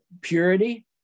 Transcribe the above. purity